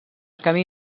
camí